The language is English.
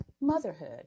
motherhood